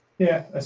yeah,